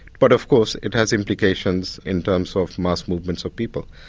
but of course, it has implications in terms of mass movements of people.